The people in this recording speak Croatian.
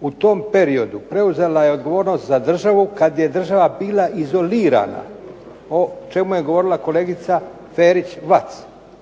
U tom periodu preuzela je odgovornost za državu kada je država bila izolirana o čemu je govorila kolegica Ferić-Vac.